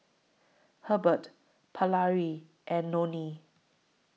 Hebert Paralee and Loney